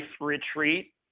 retreat